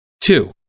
Two